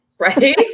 Right